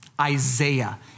Isaiah